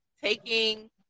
taking